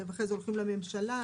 ואחרי זה הולכים לממשלה.